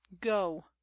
go